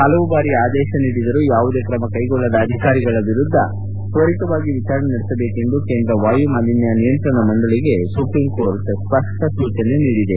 ಹಲವು ಬಾರಿ ಆದೇಶ ನೀಡಿದರೂ ಯಾವುದೇ ಕ್ರಮ ಕೈಗೊಳ್ಳದ ಅಧಿಕಾರಿಗಳ ವಿರುದ್ದ ತ್ವರಿತವಾಗಿ ವಿಚಾರಣೆ ನಡೆಸಬೇಕೆಂದು ಕೇಂದ್ರ ವಾಯು ಮಾಲಿನ್ನ ನಿಯಂತ್ರಣ ಮಂಡಳಿಗೆ ಸುಪ್ರೀಂ ಕೋರ್ಟ್ ಸ್ಪಷ್ಟ ಸೂಚನೆ ನೀಡಿದೆ